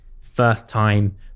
first-time